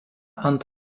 ant